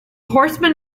horseman